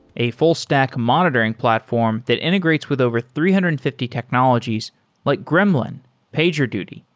a full stack monitoring platform that integrates with over three hundred and fifty technologies like gremlin, pagerduty,